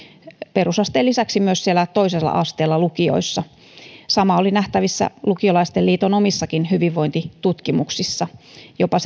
perusasteen lisäksi myös siellä toisella asteella lukioissa sama oli nähtävissä lukiolaisten liiton omissakin hyvinvointitutkimuksissa jopa